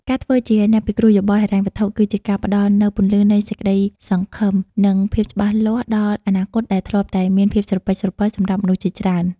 ការធ្វើជាអ្នកពិគ្រោះយោបល់ហិរញ្ញវត្ថុ គឺជាការផ្ដល់នូវពន្លឺនៃសេចក្ដីសង្ឃឹម និងភាពច្បាស់លាស់ដល់អនាគតដែលធ្លាប់តែមានភាពស្រពិចស្រពិលសម្រាប់មនុស្សជាច្រើន។